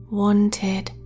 wanted